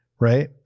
Right